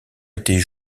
étaient